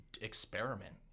experiment